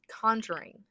Conjuring